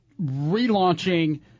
relaunching